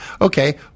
Okay